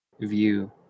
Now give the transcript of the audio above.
view